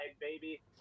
baby